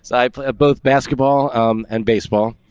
so i put both basketball and baseball.